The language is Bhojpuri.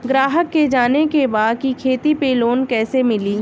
ग्राहक के जाने के बा की खेती पे लोन कैसे मीली?